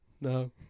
no